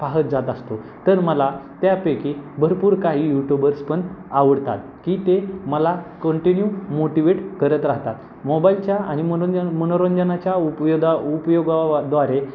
पाहत जात असतो तर मला त्यापैकी भरपूर काही यूटूबर्स पण आवडतात की ते मला कंटिन्यू मोटिवेट करत राहतात मोबाईलच्या आणि मनोज मनोरंजनाच्या उपयोदा उपयोगाद्वारे